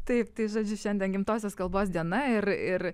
taip tai žodžiu šiandien gimtosios kalbos diena ir ir